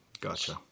Gotcha